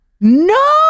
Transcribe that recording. No